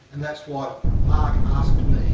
and that's why mark